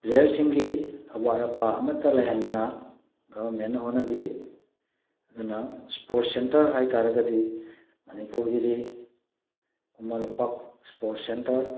ꯄ꯭ꯂꯦꯌꯔꯁꯤꯡꯒꯤ ꯑꯋꯥꯠ ꯑꯄꯥ ꯑꯃꯠꯇ ꯂꯩꯍꯟꯗꯅ ꯒꯣꯕꯔꯟꯃꯦꯟꯅ ꯍꯣꯠꯅꯕꯤ ꯑꯗꯨꯅ ꯁ꯭ꯄꯣꯔꯁ ꯁꯦꯟꯇꯔ ꯍꯥꯏꯇꯥꯔꯒꯗꯤ ꯃꯅꯤꯄꯨꯔꯒꯤꯗꯤ ꯈꯨꯃꯟ ꯂꯝꯄꯥꯛ ꯁ꯭ꯄꯣꯔꯁ ꯁꯦꯟꯇꯔ